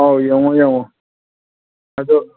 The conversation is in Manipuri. ꯑꯧ ꯌꯦꯡꯉꯣ ꯌꯦꯡꯉꯣ ꯑꯗꯨ